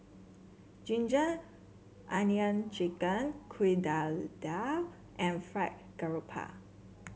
ginger onion chicken Kuih Dadar and Fried Garoupa